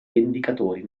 vendicatori